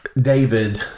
David